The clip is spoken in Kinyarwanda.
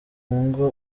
ngo